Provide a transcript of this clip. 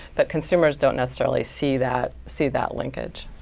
but consumers don't necessarily see that see that linkage.